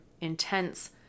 intense